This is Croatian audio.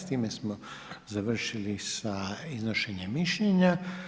S time smo završili sa iznošenjem mišljenja.